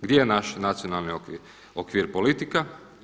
Gdje je naš nacionalni okvir politika?